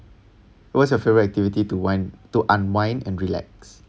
what's your favourite activity to wind to unwind and relax